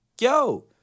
yo